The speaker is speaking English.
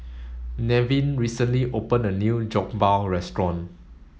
Nevin recently opened a new Jokbal restaurant